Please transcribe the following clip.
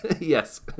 Yes